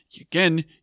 again